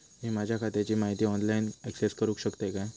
मी माझ्या खात्याची माहिती ऑनलाईन अक्सेस करूक शकतय काय?